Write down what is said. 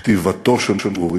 כתיבתו של אורי,